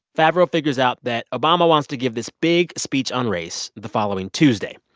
favreau figures out that obama wants to give this big speech on race the following tuesday.